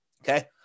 Okay